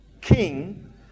king